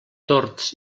tords